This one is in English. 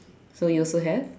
so you also have